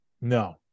No